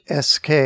SK